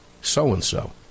so-and-so